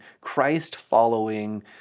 Christ-following